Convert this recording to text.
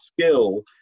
skill